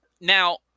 Now